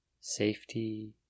Safety